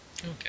Okay